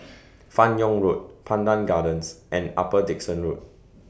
fan Yoong Road Pandan Gardens and Upper Dickson Road